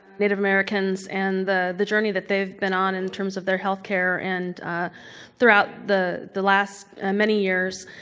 native americans and the the journey that they've been on, in terms of their healthcare, and throughout the the last many years,